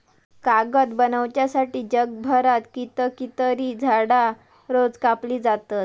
कागद बनवच्यासाठी जगभरात कितकीतरी झाडां रोज कापली जातत